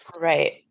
Right